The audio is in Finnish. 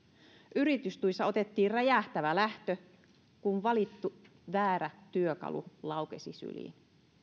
yritystuissa otettiin räjähtävä lähtö kun valittu väärä työkalu laukesi syliin